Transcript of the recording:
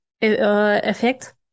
effect